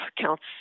counts